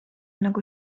nagu